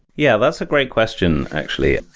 yeah, that's a great question actually,